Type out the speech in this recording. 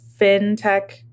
fintech